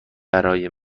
برای